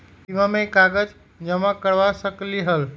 बीमा में कागज जमाकर करवा सकलीहल?